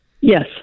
Yes